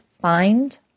find